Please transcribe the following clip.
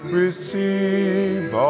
receive